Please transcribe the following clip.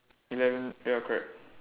eleven ya correct